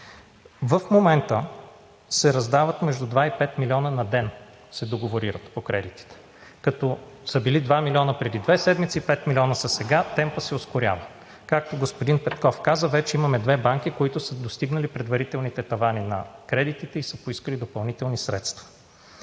В момента се договорират между 2 и 5 милиона на ден по кредитите, като преди две седмици са били 2 милиона, а сега са 5 милиона. Темпът се ускорява. Както господин Петков каза: вече имаме две банки, които са достигнали предварителните тавани на кредитите и са поискали допълнителни средства.